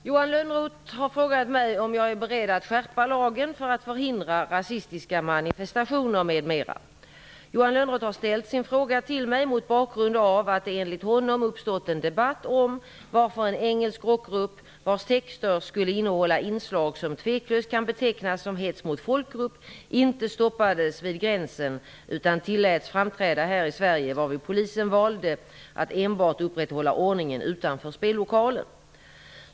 Fru talman! Johan Lönnroth har frågat mig om jag är beredd att skärpa lagen för att förhindra rasistiska manifestationer m.m. Johan Lönnroth har ställt sin fråga till mig mot bakgrund av att det enligt honom uppstått en debatt om varför en engelsk rockgrupp, vars texter skulle innehålla inslag som tveklöst kan betecknas som hets mot folkgrupp, inte stoppades vid gränsen utan tilläts framträda här i Sverige, varvid polisen valde att enbart upprätthålla ordningen utanför spellokalen.